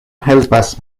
helpas